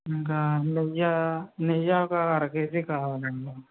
ఇంకా నెయ్య నెయ్య ఒక అర కేజీ కావాలండి